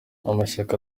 amashyaka